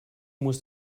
muss